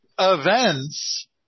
Events